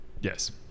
yes